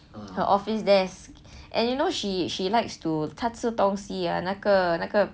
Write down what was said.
her office desk and you know she she likes to 他吃东西那个那个